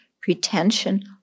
pretension